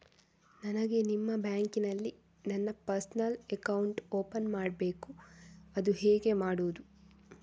ನನಗೆ ನಿಮ್ಮ ಬ್ಯಾಂಕಿನಲ್ಲಿ ನನ್ನ ಪರ್ಸನಲ್ ಅಕೌಂಟ್ ಓಪನ್ ಮಾಡಬೇಕು ಅದು ಹೇಗೆ ಮಾಡುವುದು?